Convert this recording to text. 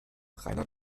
reiner